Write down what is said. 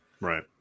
Right